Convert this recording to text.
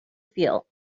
feel